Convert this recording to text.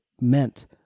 meant